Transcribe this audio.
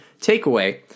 takeaway